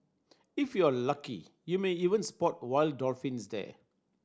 if you are lucky you may even spot wild dolphins there